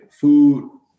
food